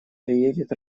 приедет